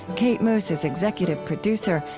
kate moos is executive producer.